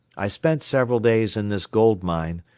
i spent several days in this gold mine,